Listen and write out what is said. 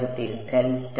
വിദ്യാർത്ഥി ഡെൽറ്റ